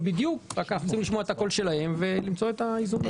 אלא שאנחנו צריכים לשמוע את הקול שלהם ולמצוא את האיזון.